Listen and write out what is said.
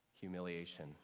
humiliation